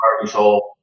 control